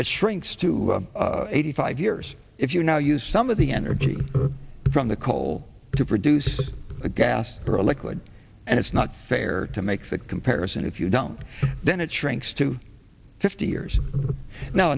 it shrinks to eighty five years if you now use some of the energy from the coal to produce a gas or electric and it's not fair to make that comparison if you don't then it shrinks to fifty years no